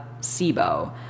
SIBO